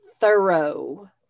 thorough